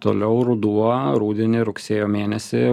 toliau ruduo rudenį rugsėjo mėnesį